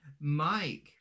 Mike